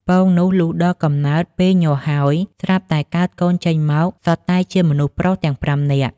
ពងនោះ លុះដល់កំណើតពេលញាស់ហើយ ស្រាប់តែកើតកូនចេញមក សុទ្ធតែជាមនុស្សប្រុសទាំង ៥ នាក់។